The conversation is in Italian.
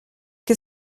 che